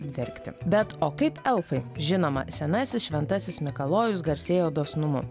verkti bet o kaip elfai žinoma senasis šventasis mikalojus garsėjo dosnumu